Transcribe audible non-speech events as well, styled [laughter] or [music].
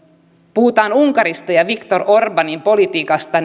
puhutaan unkarista ja viktor orbanin politiikasta [unintelligible]